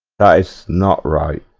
based not right